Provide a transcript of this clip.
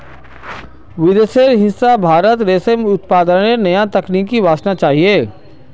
विदेशेर हिस्सा भारतत रेशम उत्पादनेर नया तकनीक वसना चाहिए